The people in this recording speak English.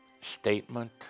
statement